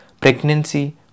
pregnancy